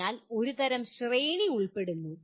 അതിനാൽ ഒരു തരം ശ്രേണി ഉൾപ്പെടുന്നു